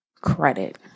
credit